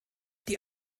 die